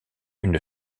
une